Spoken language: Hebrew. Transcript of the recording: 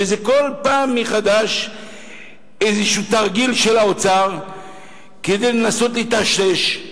וזה כל פעם מחדש איזה תרגיל של האוצר כדי לנסות לטשטש,